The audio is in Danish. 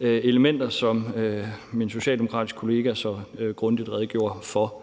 elementer, som min socialdemokratiske kollega så grundigt redegjorde for.